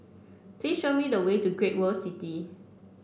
please show me the way to Great World City